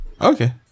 Okay